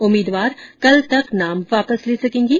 उम्मीदवार कल तक नाम वापस ले सकेंगे